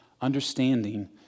understanding